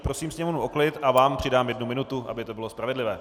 Prosím sněmovnu o klid a vám přidám jednu minutu, aby to bylo spravedlivé.